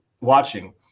watching